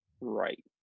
right